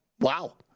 Wow